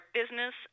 business